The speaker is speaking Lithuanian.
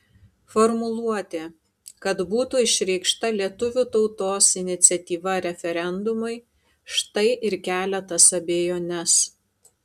formuluotė kad būtų išreikšta lietuvių tautos iniciatyva referendumui štai ir kelia tas abejones